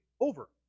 over